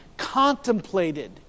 contemplated